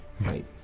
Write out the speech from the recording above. Right